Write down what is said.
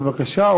בבקשה.